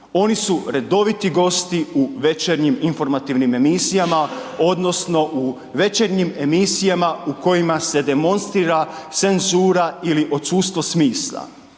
oni su redoviti gosti u večernjim informativnim emisijama odnosno u večernjim emisijama u kojima se demonstrira senssura ili odsustvo smisla.